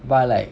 buy like